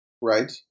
Right